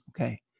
Okay